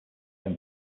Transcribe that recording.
then